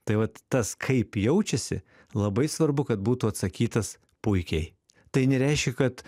tai vat tas kaip jaučiasi labai svarbu kad būtų atsakytas puikiai tai nereiškia kad